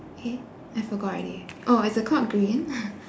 eh I forgot already oh is the clock green